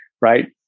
right